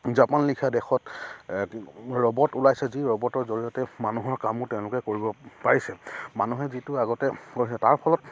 Japan লেখিয়া দেশত robot ওলাইছে যি ৰবটৰ জৰিয়তে মানুহৰ কামো তেওঁলোকে কৰিব পাৰিছে মানুহে যিটো আগতে কৰিছে তাৰ ফলত